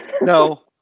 No